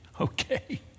okay